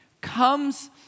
comes